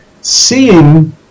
seeing